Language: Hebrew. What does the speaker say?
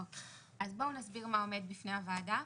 אז בואו נסביר מה עומד בפני הוועדה.